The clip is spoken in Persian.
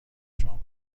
شام